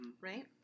right